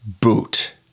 boot